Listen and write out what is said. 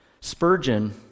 Spurgeon